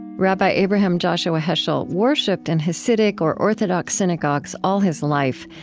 rabbi abraham joshua heschel worshipped in hasidic or orthodox synagogues all his life,